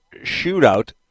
shootout